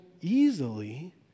easily